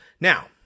Now